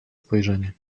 spojrzenie